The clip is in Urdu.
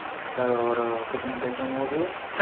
سر اور کتنے پیسوں میں ہوگی یہ